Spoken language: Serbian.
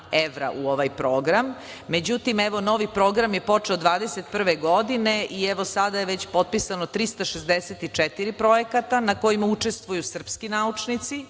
evra u ovaj program, međutim evo novi program je počeo 2021. godine i evo sada je već potpisano 364 projekata, na kojima učestvuju srpski naučnici,